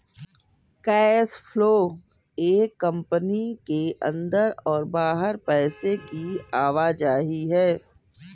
cash flow एक company के अंदर और बाहर पैसे की आवाजाही है